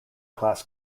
class